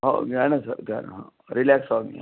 हो घ्या ना सर घ्या ना रिलॅक्स आहे मी